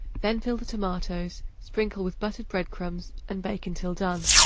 then fill the tomatoes, sprinkle with buttered bread-crumbs and bake until done.